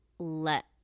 let